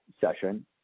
session